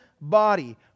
body